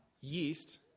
yeast